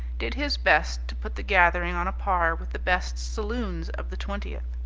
did his best to put the gathering on a par with the best saloons of the twentieth.